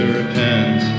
repent